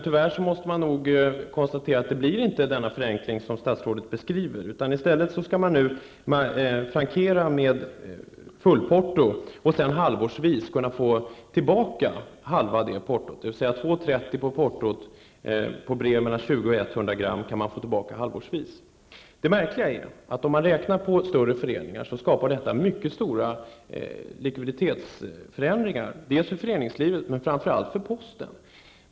Tyvärr måste man nog konstatera att det inte blir den förenkling som statsrådet beskriver. I stället skall man nu frankera med fullt porto och sedan halvårsvis få tillbaka halva portot för breven mellan 20 och 100 gr. Det märkliga är att det innebär mycket stora likviditetsförändringar för större föreningar, dels för föreningslivet, dels och framför allt för posten.